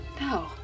No